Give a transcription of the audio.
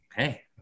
Okay